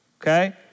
okay